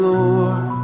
Lord